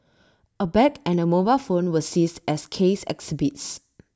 A bag and A mobile phone were seized as case exhibits